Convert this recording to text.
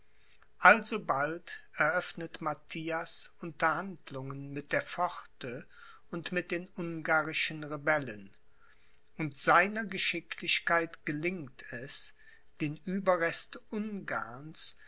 alsobald eröffnet matthias unterhandlungen mit der pforte und mit den ungarischen rebellen und seiner geschicklichkeit gelingt es den ueberrest